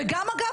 וגם אגב,